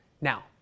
Now